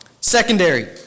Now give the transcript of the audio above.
Secondary